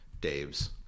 Dave's